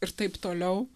ir taip toliau